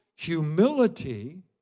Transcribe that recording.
Humility